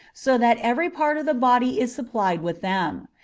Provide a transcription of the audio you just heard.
so that every part of the body is supplied with them.